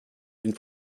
une